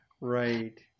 Right